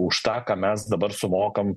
už tą ką mes dabar sumokam